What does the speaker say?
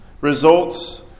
results